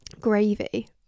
gravy